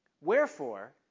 Wherefore